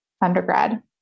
undergrad